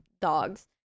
dogs